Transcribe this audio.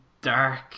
Dark